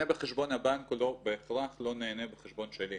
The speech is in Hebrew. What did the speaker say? המבחן בחשבון הבנק הוא מבחן שונה בתכלית.